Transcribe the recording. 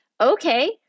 Okay